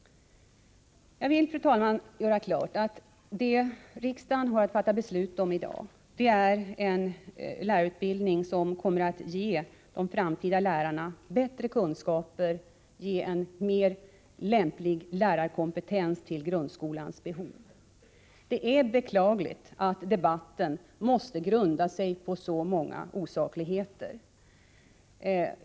Jag vill, fru talman, göra klart att det riksdagen i dag har att fatta beslut om är en lärarutbildning som kommer att ge de framtida lärarna bättre kunskaper och en mer lämplig lärarkompetens för grundskolans behov. Det är beklagligt att debatten måste grunda sig på så många osakligheter.